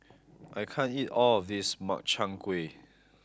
I can't eat all of this Makchang Gui